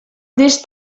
this